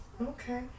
Okay